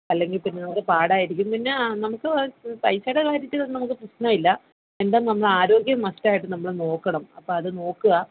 അല്ലെങ്കിൽ പിന്നെ നമുക്ക് പാടായിരിക്കും പിന്നെ ആ നമുക്ക് പൈസയുടെ കാര്യത്തിലൊന്നും നമുക്ക് പ്രശ്നമില്ല എന്താ നമ്മുടെ ആരോഗ്യം മസ്റ്റ് ആയിട്ട് നമ്മൾ നോക്കണം അപ്പം അത് നോക്കുക